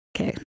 okay